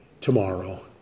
tomorrow